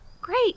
Great